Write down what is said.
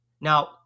Now